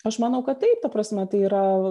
aš manau kad taip ta prasme tai yra